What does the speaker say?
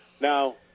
Now